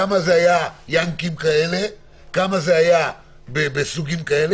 כמה זה היה "ינקים" כאלה, כמה זה היה בסוגים כאלה.